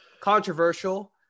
controversial